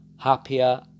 happier